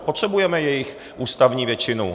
Potřebujeme jejich ústavní většinu.